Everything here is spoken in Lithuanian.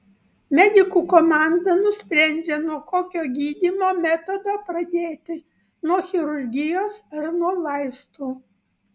medikų komanda nusprendžia nuo kokio gydymo metodo pradėti nuo chirurgijos ar nuo vaistų